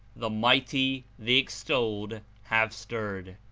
the mighty, the extolled, have stirred.